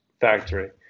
factory